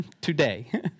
today